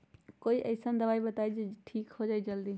कोई अईसन दवाई बताई जे से ठीक हो जई जल्दी?